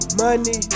money